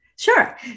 Sure